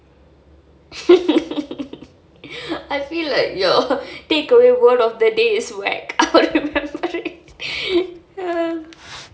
I feel like your takeaway word of the day is wack I'll remember it uh